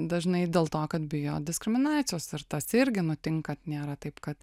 dažnai dėl to kad bijo diskriminacijos ar tas irgi nutinka nėra taip kad